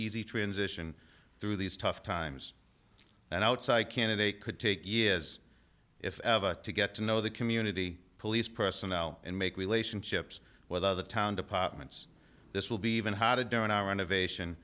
easy transition through these tough times and outside candidate could take years if ever to get to know the community police personnel and make relationships whether the town departments this will be even how to do in our innovation